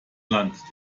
land